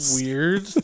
weird